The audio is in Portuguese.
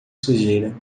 sujeira